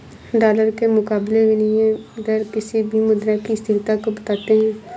dollar के मुकाबले विनियम दर किसी भी मुद्रा की स्थिरता को बताते हैं